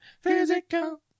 physical